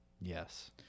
Yes